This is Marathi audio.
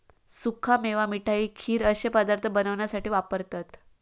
सुका मेवा मिठाई, खीर अश्ये पदार्थ बनवण्यासाठी वापरतत